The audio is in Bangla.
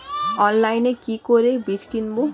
অনলাইনে কি করে বীজ কিনব?